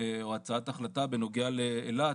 או הצעת החלטה בנוגע לאילת,